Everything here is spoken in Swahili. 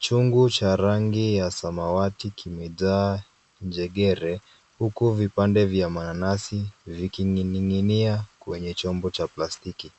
Vyombo vya udongo, vyenye rangi ya samawati, kijani na nyeupe, vimewekwa karibu, huku vipande vya mananasi vikiwa vimewekwa ndani ya chombo cha plastiki.